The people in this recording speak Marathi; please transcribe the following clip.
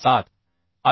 2007 आय